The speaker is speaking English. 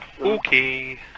Okay